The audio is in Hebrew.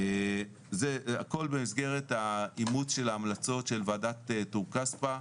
הכול במסגרת האימוץ של ההמלצות של ועדת טור-כספא,